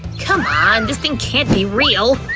c'mon, this thing can't be real!